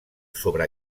sobre